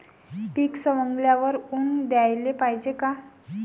पीक सवंगल्यावर ऊन द्याले पायजे का?